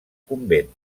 convent